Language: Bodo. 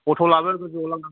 अट' लाबो गोजौआव लांनांगौ